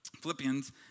Philippians